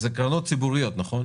הן קרנות ציבוריות, נכון?